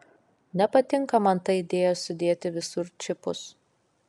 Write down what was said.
nepatinka man ta idėja sudėti visur čipus